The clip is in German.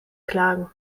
klagen